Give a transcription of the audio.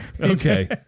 Okay